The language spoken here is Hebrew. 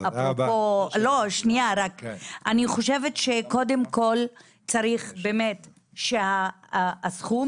אני חושבת שקודם כל צריך באמת שהסכום